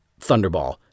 Thunderball